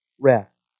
rest